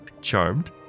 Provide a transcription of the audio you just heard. Charmed